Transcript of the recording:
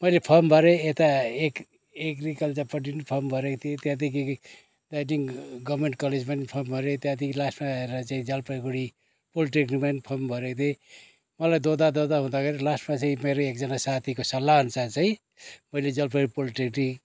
मैले फर्म भरेँ यता एग्रिकल्चरपट्टि पनि फर्म भरेको थिएँ त्यहाँदेखि गभर्मेन्ट कलेजमा पनि फर्म भरेँ त्यहाँदेखि लास्टमा आएर चाहिँ जल्पाइगुडी पोलिटेक्निकमा पनि फर्म भरेको थिएँ मलाई दोधार दोधार हुँदाखेरि लास्टमा चाहिँ मेरो एकजना साथीको सल्लाह अनुसार चाहिँ मैले जल्पाईगुडी पोलिटेक्निक